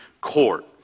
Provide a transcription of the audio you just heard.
Court